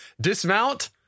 dismount